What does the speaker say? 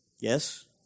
Yes